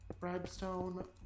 Redstone